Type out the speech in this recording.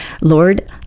Lord